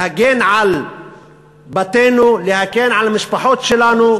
להגן על בתינו, להגן על המשפחות שלנו,